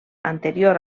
anterior